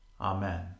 Amen